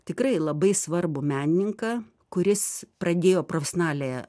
tikrai labai svarbų menininką kuris pradėjo profesionaliąją